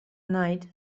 night